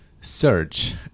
search